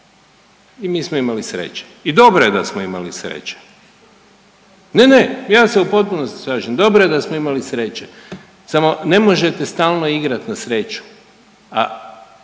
i mi smo imali sreće i dobro je da smo imali sreće. Ne, ne, ja se u potpunosti slažem, dobro je da smo imali sreće, samo ne možete stalno igrat na sreću,